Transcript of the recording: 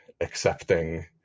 accepting